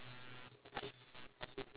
ya cause even the insects don't want to eat